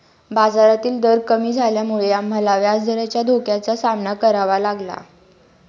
बाजारातील दर कमी झाल्यामुळे आम्हाला व्याजदराच्या धोक्याचा सामना करावा लागला